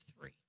three